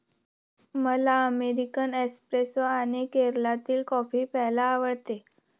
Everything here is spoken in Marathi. मला अमेरिकन एस्प्रेसो आणि केरळातील कॉफी प्यायला आवडते